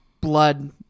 blood